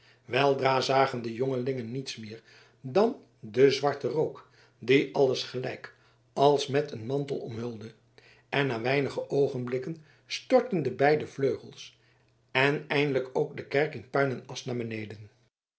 weldra zagen de jongelingen niets meer dan den zwarten rook die alles gelijk als met een mantel omhulde en na weinige oogenblikken stortten de beide vleugels en eindelijk ook de kerk in puin en asch naar beneden